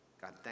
God